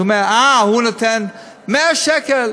אז הוא אומר: הוא נותן 100 שקל,